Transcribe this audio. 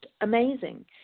amazing